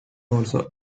also